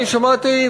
אני שמעתי,